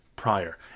prior